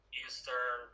eastern